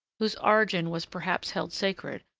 whose origin was perhaps held sacred,